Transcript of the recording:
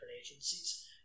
agencies